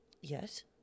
Yes